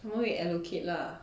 他们会 allocate lah